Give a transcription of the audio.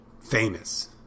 famous